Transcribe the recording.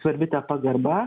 svarbi ta pagarba